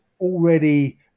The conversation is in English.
already